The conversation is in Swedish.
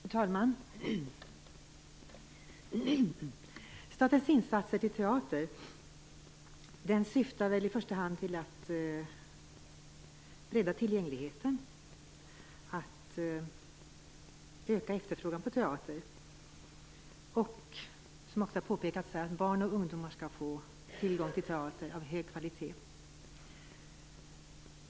Fru talman! Statens insatser för teater syftar i första hand till att bredda tillgängligheten, att öka efterfrågan på teater och att - som ofta har påpekats här - barn och ungdomar skall få tillgång till teater av hög kvalitet.